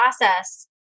process